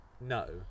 No